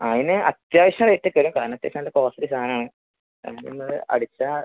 അതിന് അത്യാവശ്യം റേറ്റ് ഒക്കെ വരും കാരണം അത്യാവശ്യം നല്ല കോസ്റ്റ്ലി സാധനം ആണ് അത് നമ്മൾ അടിച്ചാൽ